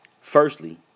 Firstly